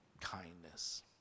kindness